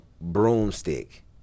broomstick